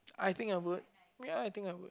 I think I am good ya I think I am good